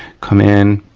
come in,